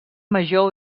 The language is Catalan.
major